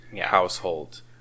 household